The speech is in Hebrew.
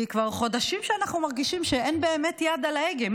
כי כבר חודשים שאנחנו מרגישים שאין באמת יד על ההגה.